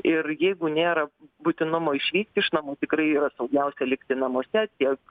ir jeigu nėra būtinumo išeiti iš namų tikrai yra saugiausia likti namuose tiek